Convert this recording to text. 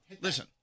Listen